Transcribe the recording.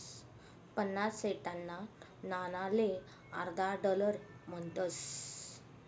पन्नास सेंटना नाणाले अर्धा डालर म्हणतस